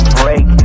break